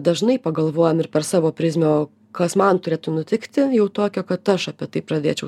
dažnai pagalvojam ir per savo prizmę o kas man turėtų nutikti jau tokio kad aš apie tai pradėčiau